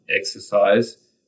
exercise